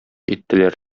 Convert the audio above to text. иттеләр